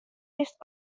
earst